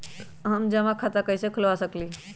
हम जमा खाता कइसे खुलवा सकली ह?